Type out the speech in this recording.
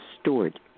stored